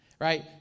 Right